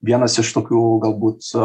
vienas iš tokių galbūt